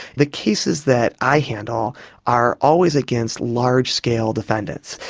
the cases that i handle are always against large-scale defendants,